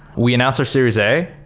we announced our series a,